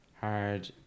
hard